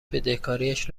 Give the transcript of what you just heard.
بدهکاریش